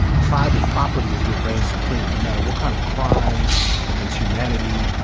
private property is what reigned supreme, no matter what kind of crimes against humanity,